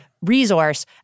resource